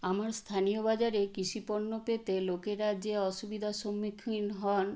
আমার স্থানীয় বাজারে কৃষি পণ্য পেতে লোকেরা যে অসুবিধার সম্মুখীন হন